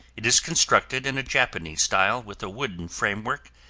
it is constructed in a japanese style with a wooden framework,